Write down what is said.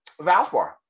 Valspar